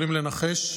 יכולים לנחש,